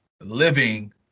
living